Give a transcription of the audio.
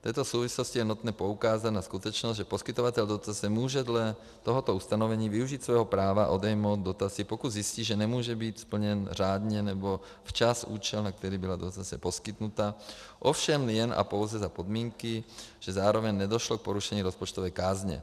V této souvislosti je nutné poukázat na skutečnost, že poskytovatel dotace může dle tohoto ustanovení využít svého práva odejmout dotaci, pokud zjistí, že nemůže být splněn řádně nebo včas účel, na který byla dotace poskytnuta, ovšem jen a pouze za podmínky, že zároveň nedošlo k porušení rozpočtové kázně.